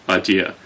idea